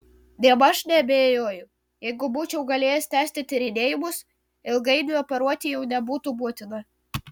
nėmaž neabejoju jeigu būčiau galėjęs tęsti tyrinėjimus ilgainiui operuoti jau nebūtų būtina